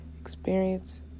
experience